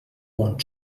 bon